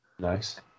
nice